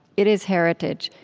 it is heritage.